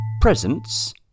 Presents